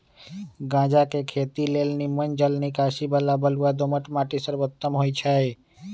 गञजा के खेती के लेल निम्मन जल निकासी बला बलुआ दोमट माटि सर्वोत्तम होइ छइ